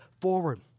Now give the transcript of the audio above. forward